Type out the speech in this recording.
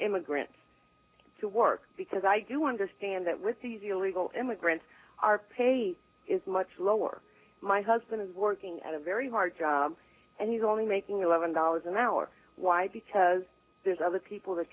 immigrants to work because i do understand that with these illegal immigrants are paying is much lower my husband is working at a very hard job and he's only making eleven dollars an hour why because there's other people that